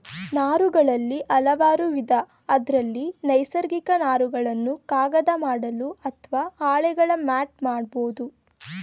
ನಾರುಗಳಲ್ಲಿ ಹಲವಾರುವಿಧ ಅದ್ರಲ್ಲಿ ನೈಸರ್ಗಿಕ ನಾರುಗಳನ್ನು ಕಾಗದ ಮಾಡಲು ಅತ್ವ ಹಾಳೆಗಳ ಮ್ಯಾಟ್ ಮಾಡ್ಬೋದು